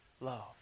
love